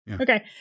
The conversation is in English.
Okay